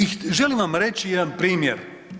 I želim vam reći jedan primjer.